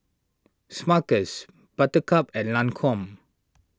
Smuckers Buttercup and Lancome